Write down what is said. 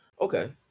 Okay